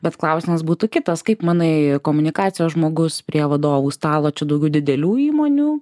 bet klausimas būtų kitas kaip manai komunikacijos žmogus prie vadovų stalo čia daugiau didelių įmonių